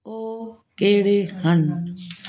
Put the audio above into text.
ਉਹ ਕਿਹੜੇ ਹਨ